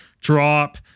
drop